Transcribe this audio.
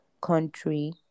country